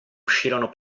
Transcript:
uscirono